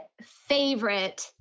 favorite